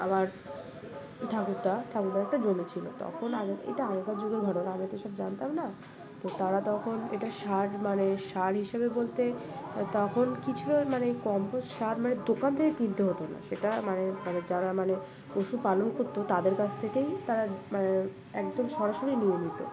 আবার ঠাকুরদা ঠাকুরদা একটা জমেছিল তখন আগে এটা আগেকার যুগের ঘটনা আমি তো সব জানতাম না তো তারা তখন এটা সার মানে সার হিসেবে বলতে তখন কিছু মানে কম্পোস্ট সার মানে দোকান থেকে কিনতে হতো না সেটা মানে মানে যারা মানে পশুপালন করতো তাদের কাছ থেকেই তারা মানে একদম সরাসরি নিয় নিত